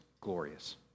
glorious